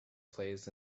plays